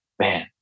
man